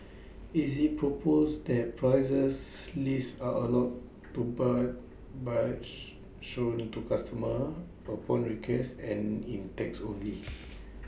is IT proposed that prices lists are allowed to but by shown to customers upon request and in text only